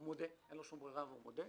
אין לו שום ברירה והוא מודה,